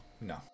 No